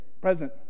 present